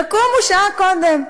תקומו שעה קודם.